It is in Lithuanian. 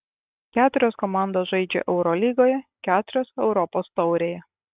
keturios komandos žaidžia eurolygoje keturios europos taurėje